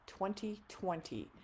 2020